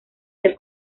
del